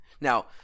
Now